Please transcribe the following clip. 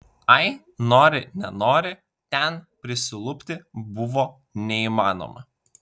ai nori nenori ten prisilupti buvo neįmanoma